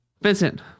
Vincent